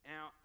Now